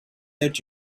that